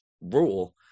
rule